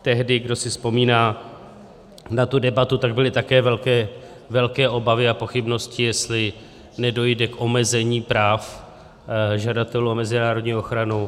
Tehdy, kdo si vzpomíná na tu debatu, byly také velké obavy a pochybnosti, jestli nedojde k omezení práv žadatelů o mezinárodní ochranu.